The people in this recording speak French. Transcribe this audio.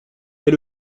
est